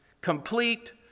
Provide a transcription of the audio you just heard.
complete